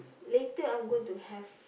later I'm going to have